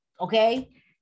Okay